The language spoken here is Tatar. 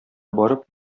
барып